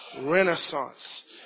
Renaissance